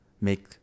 make